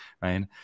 right